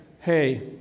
hey